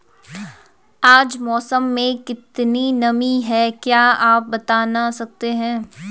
आज मौसम में कितनी नमी है क्या आप बताना सकते हैं?